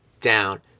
down